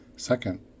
Second